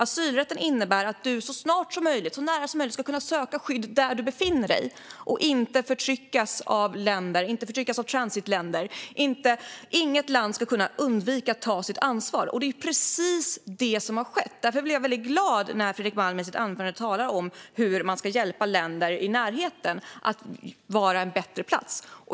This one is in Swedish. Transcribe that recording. Asylrätten innebär att man så snart som möjligt ska kunna söka skydd nära där man befinner sig och inte förtryckas av transitländer. Inget land ska kunna undvika att ta sitt ansvar. Men det är precis det som har skett. Därför blev jag glad när Fredrik Malm i sitt anförande talade om hur man ska hjälpa länder i närheten att vara en bättre plats.